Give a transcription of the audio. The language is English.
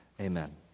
Amen